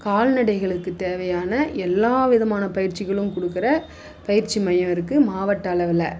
கால்நடைகளுக்கு தேவையான எல்லா விதமான பயிற்சிகளும் கொடுக்குற பயிற்சி மையம் இருக்குது மாவட்ட அளவில்